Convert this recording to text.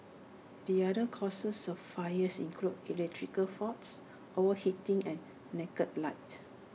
the other causes of fires include electrical faults overheating and naked lights